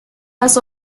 las